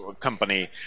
company